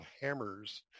hammers